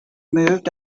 moved